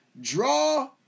draw